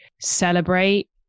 celebrate